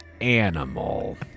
animal